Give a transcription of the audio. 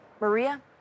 Maria